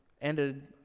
ended